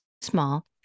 small